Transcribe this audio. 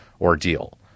ordeal